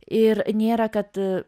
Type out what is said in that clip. ir nėra kad